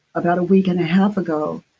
about a week and a half ago,